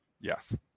Yes